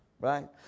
right